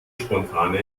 spontane